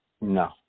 No